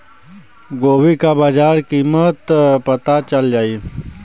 गोभी का बाजार कीमत पता चल जाई?